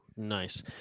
Nice